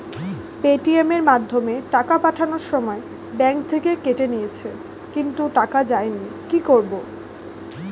Paytm এর মাধ্যমে টাকা পাঠানোর সময় ব্যাংক থেকে কেটে নিয়েছে কিন্তু টাকা যায়নি কি করব?